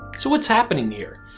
so what's happening here?